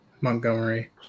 Montgomery